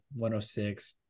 106